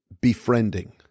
befriending